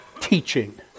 teaching